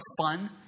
fun